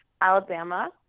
Alabama